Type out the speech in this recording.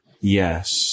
yes